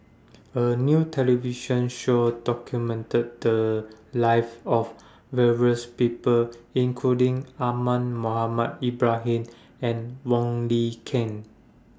A New television Show documented The Lives of various People including Ahmad Mohamed Ibrahim and Wong Lin Ken